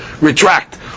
retract